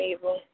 evil